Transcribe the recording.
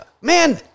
man